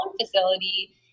facility